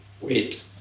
wait